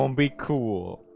um be cool.